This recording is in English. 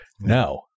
now